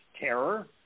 terror